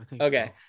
Okay